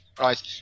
right